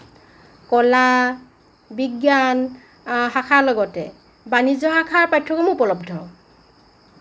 কলা বিজ্ঞান শাখাৰ লগতে বাণিজ্য শাখাৰ পাঠ্যক্ৰমো উপলব্ধ